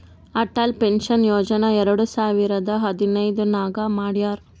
Atal pension ಯೋಜನಾ ಎರಡು ಸಾವಿರದ ಹದಿನೈದ್ ನಾಗ್ ಮಾಡ್ಯಾರ್